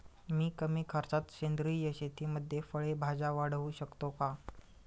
मी कमी खर्चात सेंद्रिय शेतीमध्ये फळे भाज्या वाढवू शकतो का?